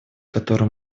которой